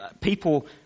people